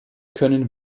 können